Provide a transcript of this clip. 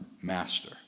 master